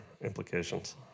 implications